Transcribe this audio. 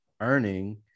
earning